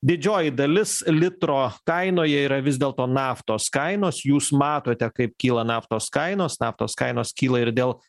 didžioji dalis litro kainoje yra vis dėlto naftos kainos jūs matote kaip kyla naftos kainos naftos kainos kyla ir dėl